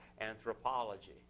anthropology